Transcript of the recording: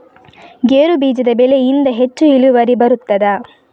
ಗೇರು ಬೀಜದ ಬೆಳೆಯಿಂದ ಹೆಚ್ಚು ಇಳುವರಿ ಬರುತ್ತದಾ?